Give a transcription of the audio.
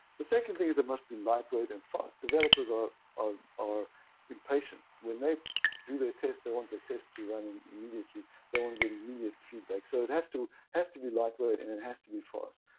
the second thing is it must be lightweight and fast. developers are are impatient. when they do their tests, they want their tests to run and immediately. they want to get immediate feedback, so it has to has to be lightweight and it has to be fast.